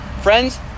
Friends